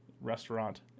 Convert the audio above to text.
restaurant